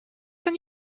than